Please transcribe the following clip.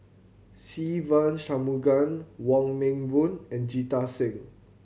Se Ve Shanmugam Wong Meng Voon and Jita Singh